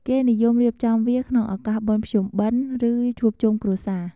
គេនិយមរៀបចំវាក្នុងឱកាសបុណ្យភ្ជុំបិណ្ឌ ឬជួបជុំគ្រួសារ។